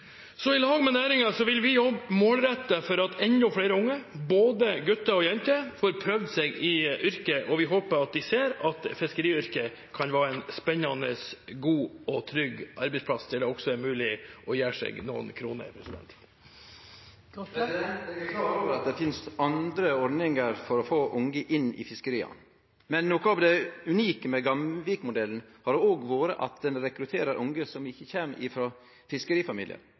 I lag med næringen vil vi jobbe målrettet for at enda flere unge – både gutter og jenter – får prøvd seg i yrket, og vi håper de ser at fiskeriyrket kan være en spennende, god og trygg arbeidsplass der det også er mulig å gjøre noen kroner. Eg er klar over at det finst andre ordningar for å få unge inn i fiskeria, men noko av det unike med Gamvik-modellen har òg vore at han rekrutterer unge som ikkje kjem